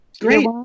Great